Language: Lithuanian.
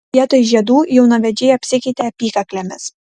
vietoj žiedų jaunavedžiai apsikeitė apykaklėmis